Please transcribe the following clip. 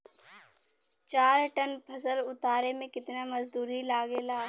चार टन फसल उतारे में कितना मजदूरी लागेला?